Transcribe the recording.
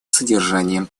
содержанием